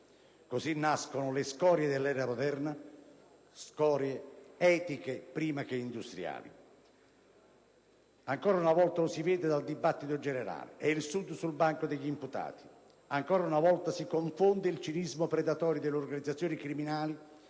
Così nascono le scorie dell'era moderna: scorie etiche prima che industriali. Ancora una volta lo si vede dal dibattito generale: è il Sud sul banco degli imputati. Ancora una volta si confonde il cinismo predatorio delle organizzazioni criminali